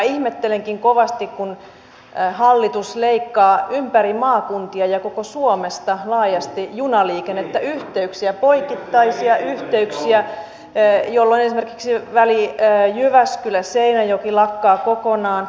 ihmettelenkin kovasti kun hallitus leikkaa ympäri maakuntia ja koko suomesta laajasti junaliikennettä yhteyksiä poikittaisia yhteyksiä jolloin esimerkiksi väli jyväskyläseinäjoki lakkaa kokonaan